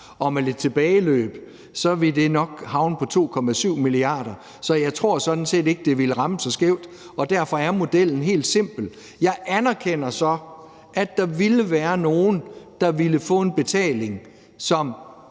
Og med lidt tilbageløb ville det nok havne på 2,7 mia. kr. Så jeg tror sådan set ikke, det ville ramme så skævt. Derfor er modellen helt simpel. Jeg anerkender så, at der ville der være nogle, som ligger på en højere indtægt,